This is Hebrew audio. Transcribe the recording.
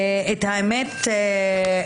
האמת היא,